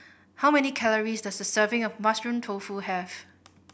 how many calories does a serving of Mushroom Tofu have